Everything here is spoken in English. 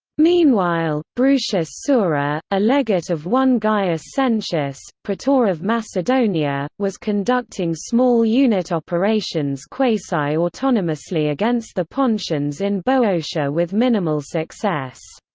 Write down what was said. meanwhile, bruttius sura, a legate of one gaius sentius, praetor of macedonia, was conducting small-unit you know operations quasi-autonomously against the pontians in boeotia with minimal success.